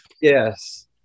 Yes